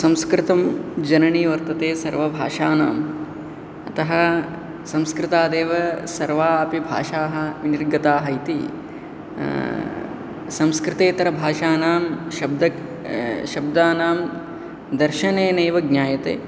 संस्कृतं जननी वर्तते सर्वभाषाणाम् अतः संस्कृतादेव सर्वाः अपि भाषाः विनिर्गताः इति संस्कृतेतरभाषाणां शब्द शब्दानां दर्शनेनैव ज्ञायते